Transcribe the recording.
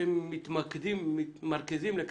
ואתם מתמרכזים לכך,